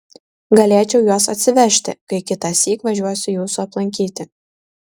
galėčiau juos atsivežti kai kitąsyk važiuosiu jūsų aplankyti